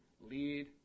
lead